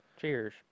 Cheers